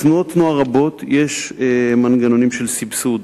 בתנועות נוער רבות יש מנגנונים של סבסוד